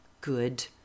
Good